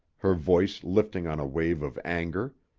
her voice lifting on a wave of anger.